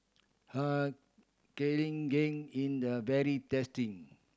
Har Cheong Gai in the very tasty